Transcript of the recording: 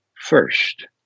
first